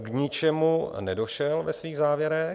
K ničemu nedošel ve svých závěrech.